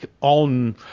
on